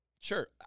Sure